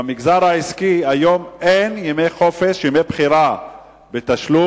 במגזר העסקי אין היום ימי חופש, ימי בחירה בתשלום